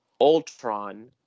Ultron